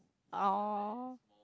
oh